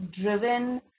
driven